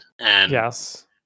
Yes